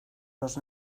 los